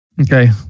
Okay